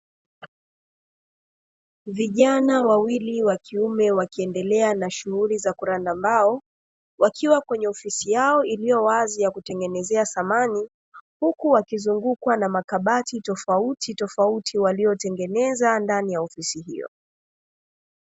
Vijana wawili wakiume wakiendelea na shughuli za kuranda mbao wakiwa kwenye ofisi yao, iliyowazi yakutengenezea samani huku wakizungukwa na makabati tofauti tofauti waliotengeneza ndani ya ofisi hio.